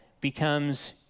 becomes